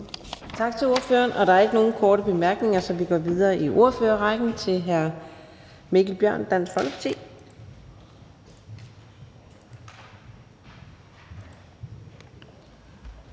Tak til ordføreren. Der er ikke nogen korte bemærkninger, så vi går videre i ordførerrækken til fru Samira Nawa, Radikale